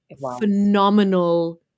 phenomenal